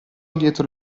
dietro